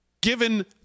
Given